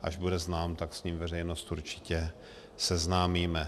Až bude znám, tak s ním veřejnost určitě seznámíme.